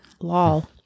Lol